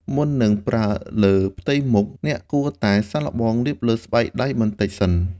មុននឹងប្រើលើផ្ទៃមុខ អ្នកគួរតែសាកល្បងលាបលើស្បែកដៃបន្តិចសិន។